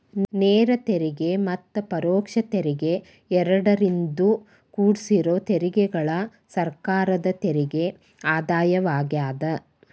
ನೇರ ತೆರಿಗೆ ಮತ್ತ ಪರೋಕ್ಷ ತೆರಿಗೆ ಎರಡರಿಂದೂ ಕುಡ್ಸಿರೋ ತೆರಿಗೆಗಳ ಸರ್ಕಾರದ ತೆರಿಗೆ ಆದಾಯವಾಗ್ಯಾದ